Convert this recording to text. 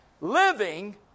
living